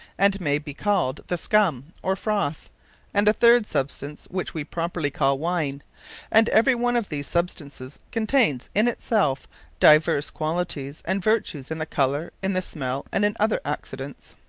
and may be called the scum, or froath and a third substance which we properly call wine and every one of these substances, containes in it selfe divers qualities, and vertues in the colour, in the smell, and in other accidents.